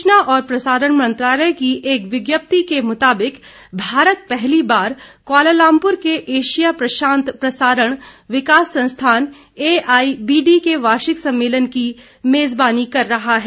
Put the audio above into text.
सूचना और प्रसारण मंत्रालय ने एक विज्ञप्ति के मुताबिक भारत पहली बार कुआलालंपुर के एशिया प्रशांत प्रसारण विकास संस्थान ए आई बी डी के वार्षिक सम्मेलन की मेजबानी कर रहा है